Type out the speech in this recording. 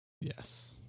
Yes